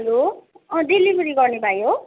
hello delivery गर्ने भाइ हो